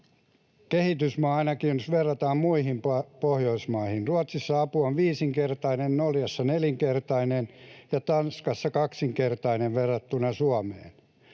kehitysmaa, ainakin jos verrataan muihin Pohjoismaihin. Ruotsissa apu on viisinkertainen, Norjassa nelinkertainen ja Tanskassa kaksinkertainen verrattuna Suomeen.